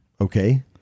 Okay